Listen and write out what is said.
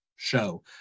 show